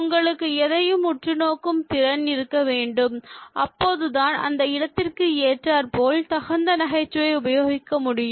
உங்களுக்கு எதையும் உற்று நோக்கும் திறன் இருக்க வேண்டும் அப்பொழுதுதான் அந்த இடத்திற்கு ஏற்றாற்போல தகுந்த நகைச்சுவை உபயோகிக்க முடியும்